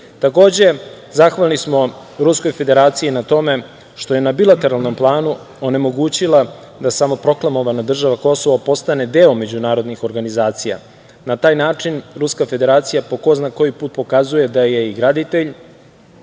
UN.Takođe, zahvalni smo Ruskoj Federaciji na tome što je na bilateralnom planu onemogućila da samoproklamovana država Kosovo postane deo međunarodnih organizacija. Na taj način, Ruska Federacija po ko zna koji put pokazuje da je i graditelj,